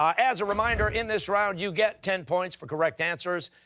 um as a reminder, in this round you get ten points for correct answers.